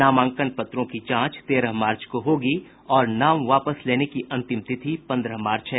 नामांकन पत्रों की जांच तेरह मार्च को होगी और नाम वापस लेने की अंतिम तिथि पन्द्रह मार्च है